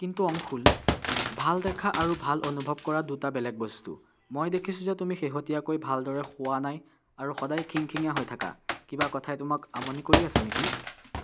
কিন্তু অংশুল ভাল দেখা আৰু ভাল অনুভৱ কৰা দুটা বেলেগ বস্তু মই দেখিছোঁ যে তুমি শেহতীয়াকৈ ভালদৰে শুৱা নাই আৰু সদায় খিংখিঙীয়া হৈ থাকা কিবা কথাই তোমাক আমনি কৰি আছে নেকি